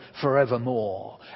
forevermore